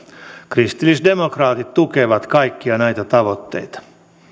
kristillisdemokraatit tukevat kaikkia näitä tavoitteita